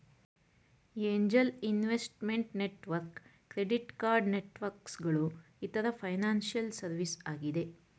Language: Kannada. angel investment network, credit card networks ಗಳು ಇತರ ಫೈನಾನ್ಸಿಯಲ್ ಸರ್ವಿಸ್ ಆಗಿದೆ